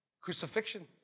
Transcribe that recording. Crucifixion